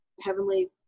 heavenly